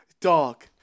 dog